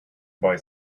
boy